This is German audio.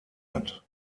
hat